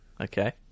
Okay